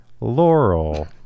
Laurel